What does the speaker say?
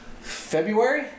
February